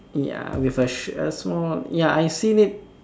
ya with a sh~ uh small ya I've seen it